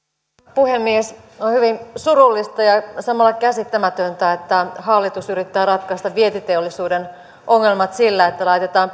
puhemies on hyvin surullista ja samalla käsittämätöntä että hallitus yrittää ratkaista vientiteollisuuden ongelmat sillä että laitetaan